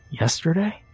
Yesterday